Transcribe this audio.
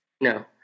No